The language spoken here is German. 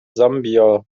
sambia